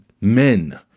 men